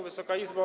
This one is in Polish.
Wysoka Izbo!